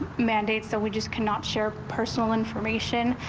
mandate so we just cannot share personal information.